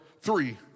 three